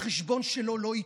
החשבון שלו הוא לא איתי,